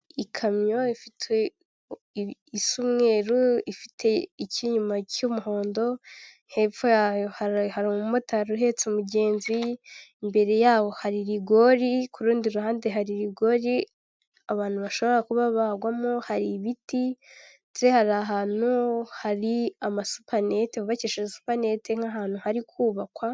Ikamyo ifite isa umweruru ifite icy'inyuma cy'umuhondo hepfo yayo ha hari umumotari uhetse umugenzi, imbere ya hari rigori ku rundi ruhande hari ibigori abantu bashobora kuba bagwamo, hari ibiti ndetse hari ahantu hari amasupanete hubakeshaje supanete nk'ahantu hari kubakwa.